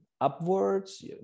upwards